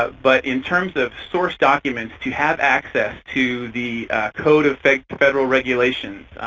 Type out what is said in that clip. but in terms of source documents, to have access to the code of federal federal regulations.